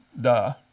Duh